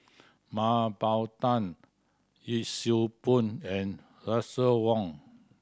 Mah Bow Tan Yee Siew Pun and Russel Wong